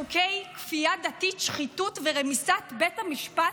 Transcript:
לחוקי כפייה דתית, שחיתות ורמיסת בית המשפט,